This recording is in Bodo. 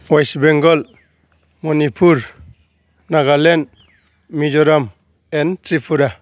west Bengal Manipur Nagaland Mizoram and Tripura